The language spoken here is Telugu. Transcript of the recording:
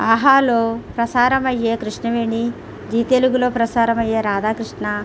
ఆహాలో ప్రసారమయ్యే కృష్ణవేణి జీ తెలుగులో ప్రసారమయ్యే రాధాకృష్ణ